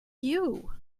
you